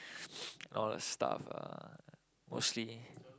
all that stuff ah mostly